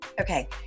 okay